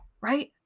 right